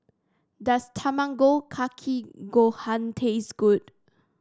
does Tamago Kake Gohan taste good